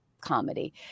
comedy